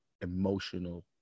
emotional